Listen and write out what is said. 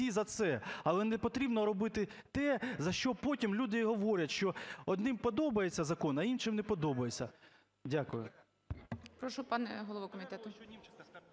за це. Але не потрібно робити те, за що потім люди говорять, що одним подобається закон, а іншим не подобається. Дякую.